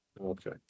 Okay